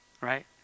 right